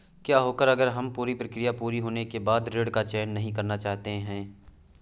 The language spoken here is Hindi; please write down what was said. क्या होगा अगर हम पूरी प्रक्रिया पूरी होने के बाद ऋण का चयन नहीं करना चाहते हैं?